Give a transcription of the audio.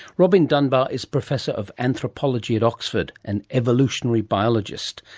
robin dunbar is professor of anthropology at oxford, an evolutionary biologist,